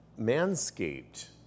Manscaped